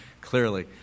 clearly